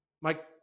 Mike